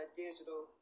digital